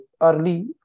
Early